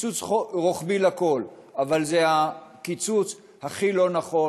קיצוץ רוחבי לכול, אבל זה הקיצוץ הכי לא נכון,